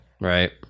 right